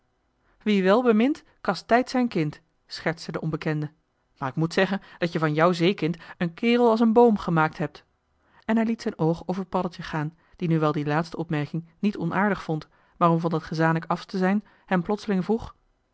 wie wel bemint kastijdt zijn kind schertste de onbekende maar ik moet zeggen dat je van jou zeekind een kaerel als een boom gemaakt hebt en hij liet zijn oog over paddeltje gaan die nu wel die laatste opmerking niet onaardig vond maar om van dat gezanik af te zijn hem plotseling vroeg